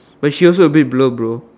but the also a bit blur bro